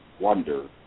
wonder